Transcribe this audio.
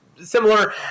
similar